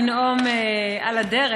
לנאום על הדרך,